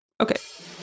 Okay